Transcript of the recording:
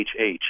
hh